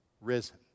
risen